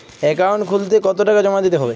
Account খুলতে কতো টাকা জমা দিতে হবে?